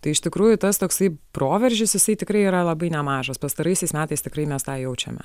tai iš tikrųjų tas toksai proveržis jisai tikrai yra labai nemažas pastaraisiais metais tikrai mes tą jaučiame